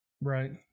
right